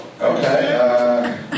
Okay